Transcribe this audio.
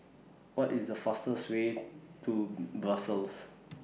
What IS The fastest Way to Brussels